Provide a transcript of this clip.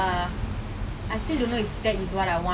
விடு:vidu lah வேலை பண்ணுவோம்:velei pannuvom lah